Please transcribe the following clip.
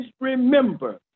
remember